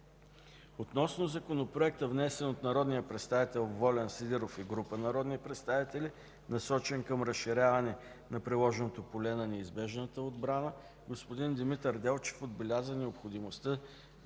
Относно Законопроекта, внесен от народния представител Волен Сидеров и група народни представители, насочен към разширяване на приложното поле на неизбежната отбрана, господин Димитър Делчев отбеляза невъзможността